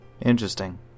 interesting